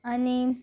आनी